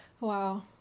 Wow